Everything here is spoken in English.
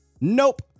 Nope